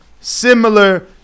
Similar